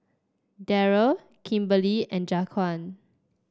Daryl Kimberlie and Jaquan